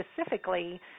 specifically